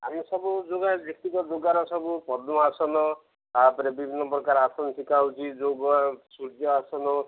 M ସବୁ ଯୋଗ ଯେତିକି ଯୋଗର ସବୁ ପଦ୍ମଆସନ ତାପରେ ବିଭିନ୍ନ ପ୍ରକାର ଆସନ ଶିଖା ହେଉଛି ଯେଉଁ ସୂର୍ଯ୍ୟ ଆସନ